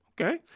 Okay